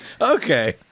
okay